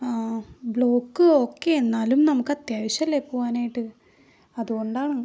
block okay എന്നാലും നമുക്കത്യാവശ്യമല്ലെ പോവാനായിട്ട് അത്കൊണ്ടാണ്